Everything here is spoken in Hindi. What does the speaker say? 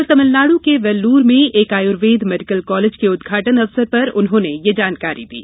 कल तमिलनाडु के वेल्लूर में एक आयुर्वेद मेडिकल कॉलेज के उद्घाटन अवसर पर उन्होंने ये जानकारी दी